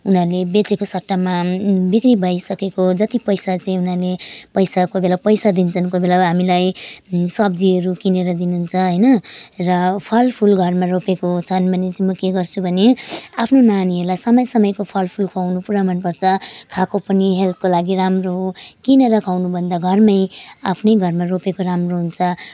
उनीहरूले बेचेको सट्टामा बिक्री भइसकेको जति पैसा चाहिँ उनीहरूले पैसा कोही बेला पैसा दिन्छन् कोही बेला हामीलाई सब्जीहरू किनेर दिनु हुन्छ होइन र फल फुल घरमा रोपेका छन् भने चाहिँ म के गर्छु भने आफ्नो नानीहरूलाई समय समयको फल फुल खुवाउनु पुरा मन पर्छ खाएको पनि हेल्थको लागि राम्रो हो किनेर खुवाउनु भन्दा घरमा आफ्नै घरमा रोपेको राम्रो हुन्छ